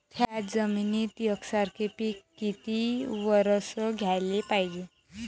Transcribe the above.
थ्याच जमिनीत यकसारखे पिकं किती वरसं घ्याले पायजे?